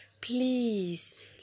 Please